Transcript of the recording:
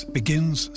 begins